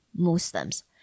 Muslims